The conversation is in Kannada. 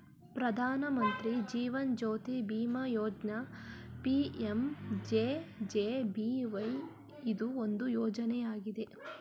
ಪ್ರಧಾನ ಮಂತ್ರಿ ಜೀವನ್ ಜ್ಯೋತಿ ಬಿಮಾ ಯೋಜ್ನ ಪಿ.ಎಂ.ಜೆ.ಜೆ.ಬಿ.ವೈ ಇದು ಒಂದು ಯೋಜ್ನಯಾಗಿದೆ